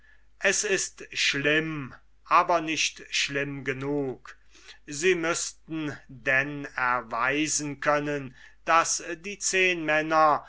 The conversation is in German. es ist schlimm aber nicht schlimm genug sie müßten denn erweisen können daß die zehnmänner